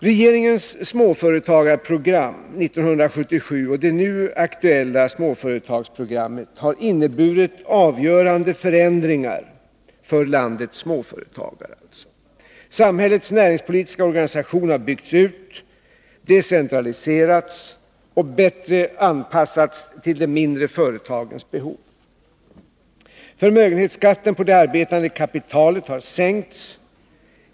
Regeringens småföretagsprogram 1977 och det nu aktuella småföretagsprogrammet har inneburit avgörande förändringar för landets småföretagare. Samhällets näringspolitiska organisation har byggts ut, decentraliserats och bättre anpassats till de mindre företagens behov. Förmögenhetsskatten på det arbetande kapitalet har sänkts.